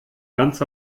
ganz